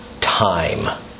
time